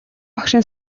багшийн